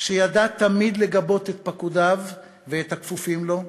שידע תמיד לגבות את פקודיו ואת הכפופים לו,